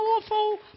powerful